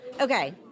Okay